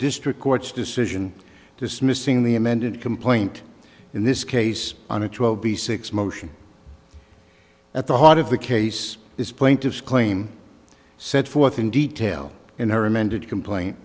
district court's decision dismissing the amended complaint in this case on a twelve b six motion at the heart of the case this plaintiff's claim set forth in detail in her amended complain